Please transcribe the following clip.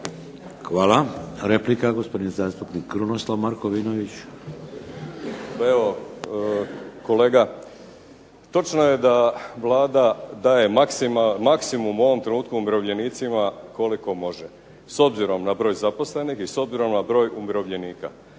Hvala. Replika, gospodin zastupnik Krunoslav Markovinović. **Markovinović, Krunoslav (HDZ)** Pa evo kolega, točno je da Vlada daje maksimum u ovom trenutku umirovljenicima koliko može s obzirom na broj zaposlenih i s obzirom na broj umirovljenika.